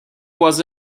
was